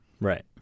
Right